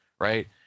right